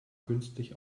künstlich